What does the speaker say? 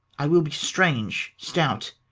i will be strange, stout,